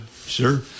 Sure